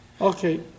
Okay